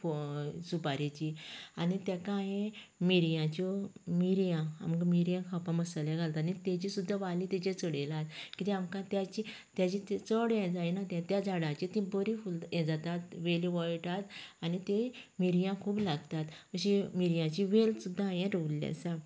पोंय सुपारेची आनी तेका हांवेन मिरयांच्यो मिरयां आमकां मिरयां खावपाक मसाल्या घालता न्ही तेची सुद्दां वाली तेचेर चडयल्यात कित्याक आमकां तेची तेची चड हे जायना ते त्या झाडांचे ती बरी फुल हे जातात वेली वळटात आनी तें मिरयां खूब लागतात अशीं मिरयांचीं वेल सुद्दां हांवेन रोयल्ली आसा